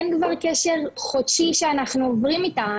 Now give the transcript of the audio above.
אין כבר קשר חודשי שאנחנו עוברים איתה,